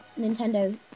Nintendo